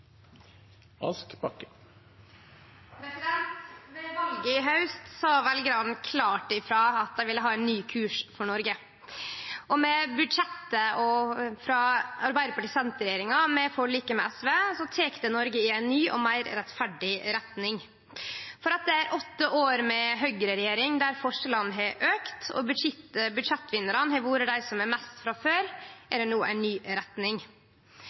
valet i haust sa veljarane klart frå at dei ville ha ein ny kurs for Noreg. Med budsjettet frå Arbeidarparti–Senterparti-regjeringa og forliket med SV tek det Noreg i ei ny og meir rettferdig retning. Etter åtte år med høgreregjering der forskjellane har auka, budsjettvinnarane har vore dei som har mest frå før, er det no ei ny retning.